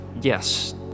yes